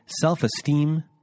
self-esteem